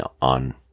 on